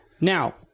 Now